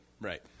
Right